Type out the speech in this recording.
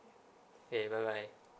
okay bye bye